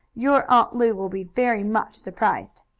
your aunt lu will be very much surprised.